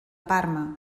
parma